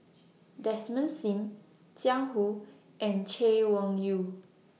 Desmond SIM Jiang Hu and Chay Weng Yew